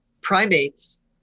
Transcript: primates